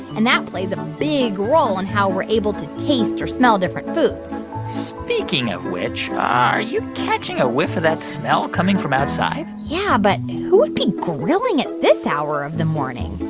and that plays a big role in how we're able to taste or smell different foods speaking of which, are you catching a whiff of that smell coming from outside? yeah. but who would be grilling at this hour of the morning?